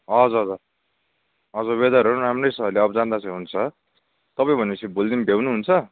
हजुर हजुर हजुर वेदरहरू पनि राम्रै छ अहिले अब जाँदा चाहिँ हुन्छ तपाईँ भनेपछि भोलिदेखि भ्याउनुहुन्छ